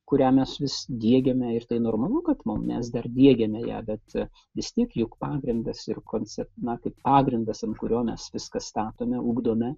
kurią mes vis diegiame ir tai normalu kad mum mes dar diegiame ją bet vis tiek juk pagrindas ir koncep na kaip pagrindas ant kurio mes viską statome ugdome